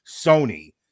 Sony